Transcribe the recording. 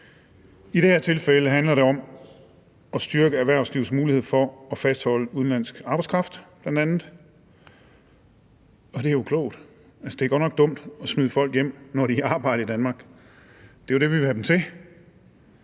I det her tilfælde handler det bl.a. om at styrke erhvervslivets mulighed for at fastholde udenlandsk arbejdskraft, og det er jo klogt. Altså, det er godt nok dumt at smide folk hjem, når de er i arbejde i Danmark. Det er jo det, vi vil have dem til.